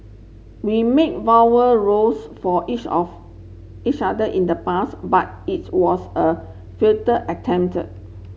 we made for each of each other in the past but its was a attempted